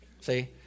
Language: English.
see